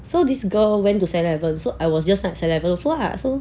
so this girl went to seven eleven so I was also at seven eleven lah so